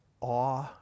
awe